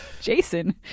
Jason